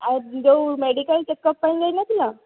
ଆଉ ଯେଉଁ medical checkup ପାଇଁ ଯାଇ ନଥିଲ